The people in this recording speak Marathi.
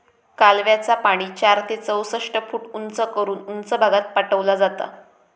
कालव्याचा पाणी चार ते चौसष्ट फूट उंच करून उंच भागात पाठवला जाता